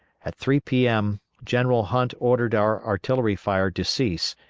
at three p m. general hunt ordered our artillery fire to cease,